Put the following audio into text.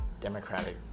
Democratic